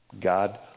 God